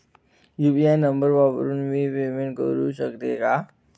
UPI number वापरून मी payment करू शकते का?